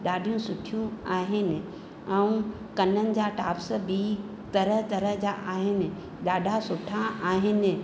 ॾाढियूं सुठियूं आहिनि ऐं कननि जा टॉप्स बि तरह तरह जा आहिनि ॾाढा सुठा आहिनि